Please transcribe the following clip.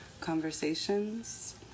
conversations